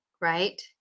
Right